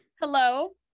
Hello